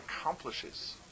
accomplishes